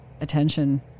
attention